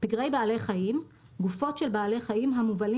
"פגרי בעלי חיים" גופות של בעלי חיים המובלים